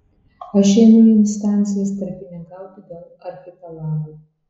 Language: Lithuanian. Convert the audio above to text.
aš einu į instancijas tarpininkauti dėl archipelago